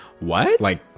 what? like,